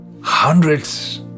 hundreds